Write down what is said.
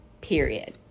period